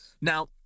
now